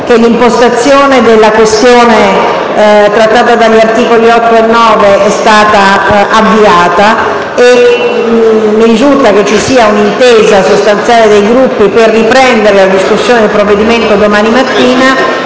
che l'impostazione della questione trattata dagli articoli 8 e 9 sia stata avviata, e mi risulta che ci sia un'intesa sostanziale dei Gruppi per riprendere la discussione del provvedimento domani mattina,